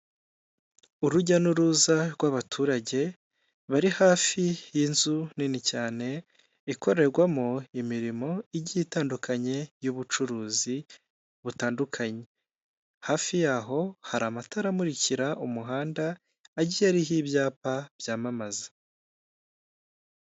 Urujya n'uruza rw'abaturage bari hafi y'inzu nini cyane, ikorerwamo imirimo igiye itandukanye y'ubucuruzi butandukanye, hafi yaho hari amatara amukira umuhanda, agiye ariho ibyapa byamamaza.